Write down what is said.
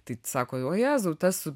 tai sako o jėzau tas